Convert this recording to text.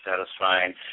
satisfying